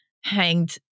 hanged